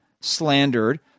slandered